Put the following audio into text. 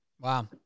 Wow